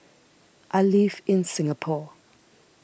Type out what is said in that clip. I live in Singapore